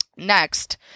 next